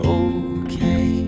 okay